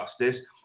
justice